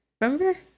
Remember